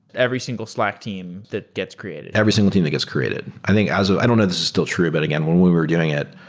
every single slack team that gets created every single team that gets created. i think as a i don't know if this is still true, but again, when we were doing it,